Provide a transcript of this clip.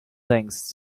things